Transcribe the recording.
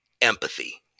empathy